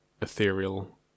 ethereal